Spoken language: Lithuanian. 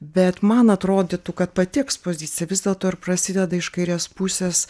bet man atrodytų kad pati ekspozicija vis dėlto ir prasideda iš kairės pusės